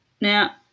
Now